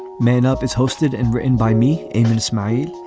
man up is hosted and written by me, ayman smiley.